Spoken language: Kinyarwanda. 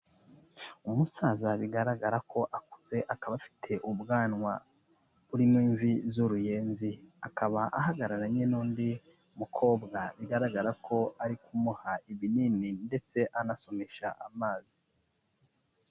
Umusaza bigaragara ko akuze, akaba afite ubwanwa burimo imvi z'uruyenzi. Akaba ahagararanye n'undi mukobwa, bigaragara ko ari kumuha ibinini ndetse anasomesha amazi.